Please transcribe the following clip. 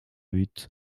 buts